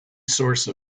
source